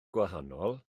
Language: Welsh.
gwahanol